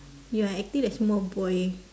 you are acting like small boy